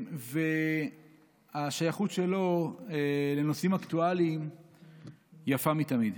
והשייכות שלו לנושאים אקטואליים יפה מתמיד.